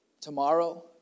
tomorrow